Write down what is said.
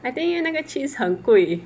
I think you 那个 cheese 很贵